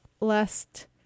last